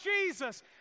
Jesus